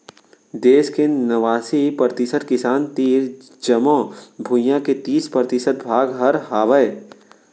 देस के नवासी परतिसत किसान तीर जमो भुइयां के तीस परतिसत भाग हर हावय